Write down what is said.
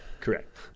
Correct